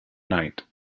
night